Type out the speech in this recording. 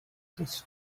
this